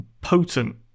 potent